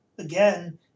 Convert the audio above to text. again